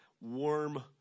warm